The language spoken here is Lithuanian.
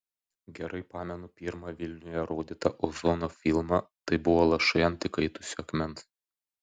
gerai pamenu pirmą vilniuje rodytą ozono filmą tai buvo lašai ant įkaitusio akmens